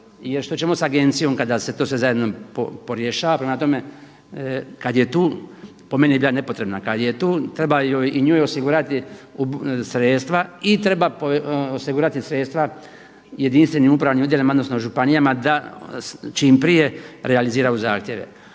Jer što ćemo sa agencija kada se to sve zajedno porješava. Prema tome, kad je tu, po meni je bila nepotrebna. Kad je tu treba i njoj osigurati sredstva i treba osigurati sredstva jedinstvenim upravnim odjelima, odnosno županijama da čim prije realiziraju zahtjeve.